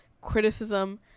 criticism